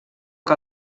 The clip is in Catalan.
que